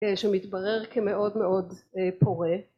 שמתברר כמאוד מאוד פורה